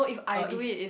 uh if